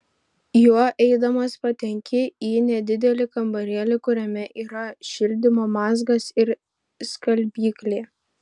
juo eidamas patenki į nedidelį kambarėlį kuriame yra šildymo mazgas ir skalbyklė